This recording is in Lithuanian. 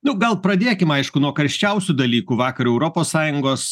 nu gal pradėkim aišku nuo karščiausių dalykų vakar europos sąjungos